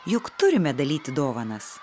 juk turime dalyti dovanas